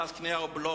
מס קנייה ובלו,